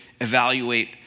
evaluate